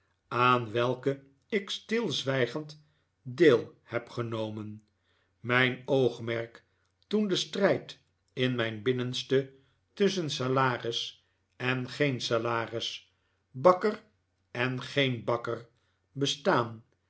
aan welke ik stilzwijgend deel heb genomen mijn oogmerk toen de strijd in mijn binnenste tusschen salaris en geen salaris bakker en geen bakker bestaan